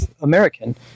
American